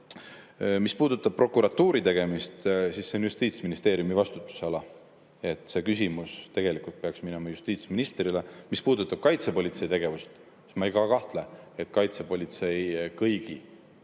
puudutab prokuratuuri tegemisi, siis see on Justiitsministeeriumi vastutusala. See küsimus peaks minema justiitsministrile. Mis puudutab kaitsepolitsei tegevust, siis ma ei kahtle, et kaitsepolitsei kõigi